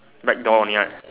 black door only right